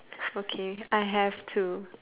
okay I have two